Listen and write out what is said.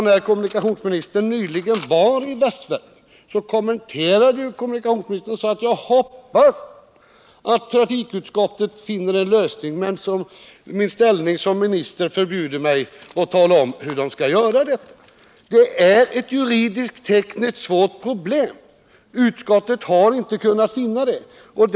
När kommunikationsministern nyligen var i Västsverige sade han: Jag hoppas att trafikutskottet finner en lösning, men min ställning som minister förbjuder mig att tala om hur det skall göra detta. Detta är ett juridiskt-tekniskt svårt problem. Utskottet har inte kunnat finna någon lösning på det.